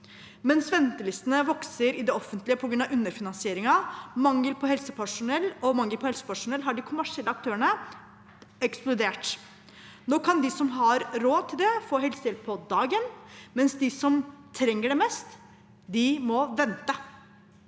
Mens ventelistene vokser i det offentlige på grunn av underfinansiering og mangel på helsepersonell, har de kommersielle aktørene eksplodert. Nå kan de som har råd til det, få helsehjelp på dagen, mens de som trenger det mest, må vente.